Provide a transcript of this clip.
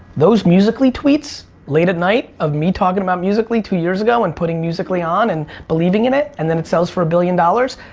those musically tweets, late at night, of me talkin' about musically two years ago, and putting musically on and believing in it, and then it sells for a billion dollars,